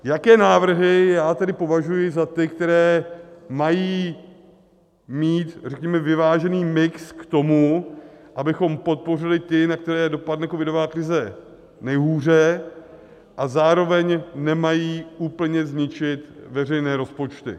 Jaké návrhy já tedy považuji za ty, které mají mít, řekněme, vyvážený mix k tomu, abychom podpořili ty, na které dopadne covidová krize nejhůře a zároveň nemají úplně zničit veřejné rozpočty.